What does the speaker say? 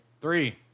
Three